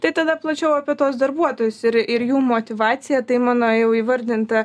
tai tada plačiau apie tuos darbuotojus ir ir jų motyvaciją tai mano jau įvardinta